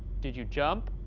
did you jump?